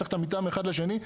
צריך את המיטה מאחד לשני.